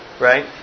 right